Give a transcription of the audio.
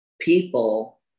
people